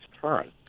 current